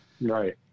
Right